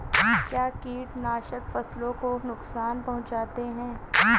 क्या कीटनाशक फसलों को नुकसान पहुँचाते हैं?